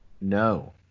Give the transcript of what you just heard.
no